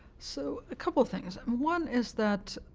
so a couple of things. um one is that